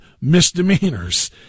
misdemeanors